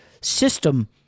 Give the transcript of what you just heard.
system